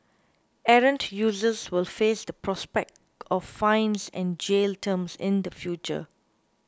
errant users will face the prospect of fines and jail terms in the future